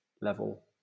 level